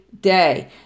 day